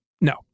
no